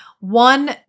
one